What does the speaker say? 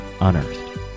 Unearthed